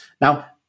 Now